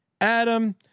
Adam